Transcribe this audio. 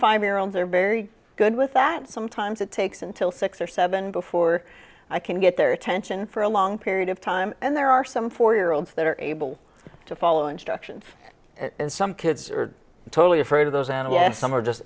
five year olds are very good with that sometimes it takes until six or seven before i can get their attention for a long period of time and there are some four year olds that are able to follow instructions and some kids are totally afraid of those animals and some are just